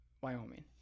Wyoming